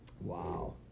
Wow